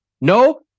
No